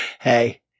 Hey